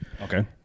Okay